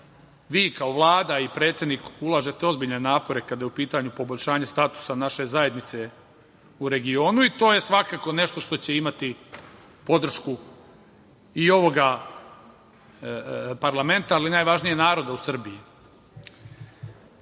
vi kao Vlada i predsednik ulažete ozbiljne napore kada je u pitanju poboljšanje statusa naše zajednice u regionu i to je svakako nešto što će imati podršku i ovoga parlamenta, ali najvažnije naroda u Srbiji. Malo